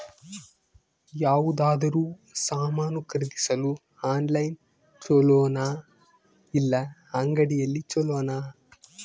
ಯಾವುದಾದರೂ ಸಾಮಾನು ಖರೇದಿಸಲು ಆನ್ಲೈನ್ ಛೊಲೊನಾ ಇಲ್ಲ ಅಂಗಡಿಯಲ್ಲಿ ಛೊಲೊನಾ?